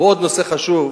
ועוד נושא חשוב,